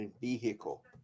Vehicle